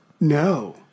No